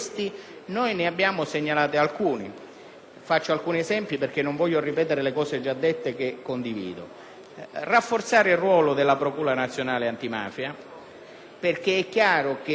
faccio qualche esempio perché non voglio ripetere cose già dette che condivido: anzitutto rafforzare il ruolo della Procura nazionale antimafia, perché è chiaro che non è sufficiente